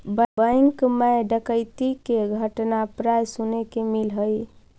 bank मैं डकैती के घटना प्राय सुने के मिलऽ हइ